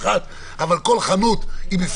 עם המגבלות של התו הסגול וארבעה,